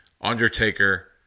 Undertaker